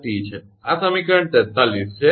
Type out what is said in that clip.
392𝑝273𝑡 છે આ સમીકરણ 43 છે